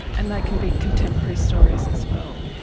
and they can be contemporary stories as well.